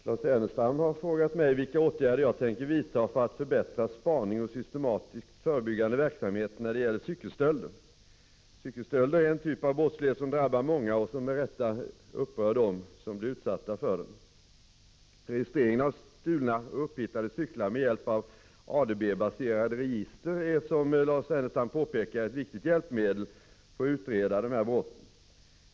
Herr talman! Lars Ernestam har frågat mig om vilka åtgärder jag tänker vidta för att förbättra spaning och systematiskt förebyggande verksamhet när det gäller cykelstölder. Cykelstölder är en typ av brottslighet som drabbar många och som med rätta upprör dem som blir utsatta för den. Registreringen av stulna och upphittade cyklar med hjälp av ADB-baserade register är, som Lars Ernestam påpekar, ett viktigt hjälpmedel för att utreda dessa brott.